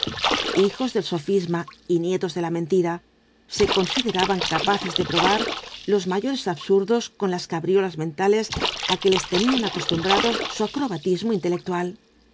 hijos del sofisma y nietos de la mentira se consideraban capaces de probar los mayores absurdos con las cabriolas mentales á que les tenía acostumbrados su acrobatismo intelectual